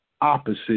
opposite